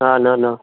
हा न न